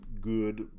good